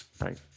Right